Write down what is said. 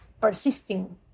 persisting